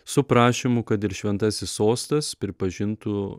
su prašymu kad ir šventasis sostas pripažintų